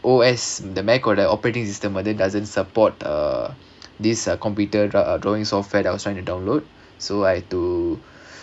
O_S the Mac or the operating system other doesn't support uh this uh computer draw~ uh drawing software I was trying to download so I've too